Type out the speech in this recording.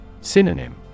Synonym